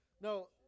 No